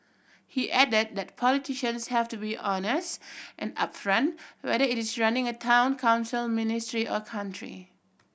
he added that politicians have to be honest and upfront whether it is running a Town Council ministry or country